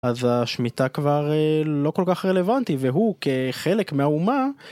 אז השמיטה כבר לא כל כך רלוונטי והוא כחלק מהאומה